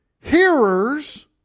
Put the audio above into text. hearers